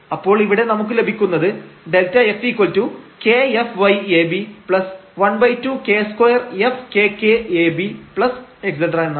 അപ്പോൾ ഇവിടെ നമുക്ക് ലഭിക്കുന്നത് Δfk fy ab12 k2 fkk ab⋯ എന്നാണ്